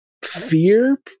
fear